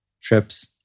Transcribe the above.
trips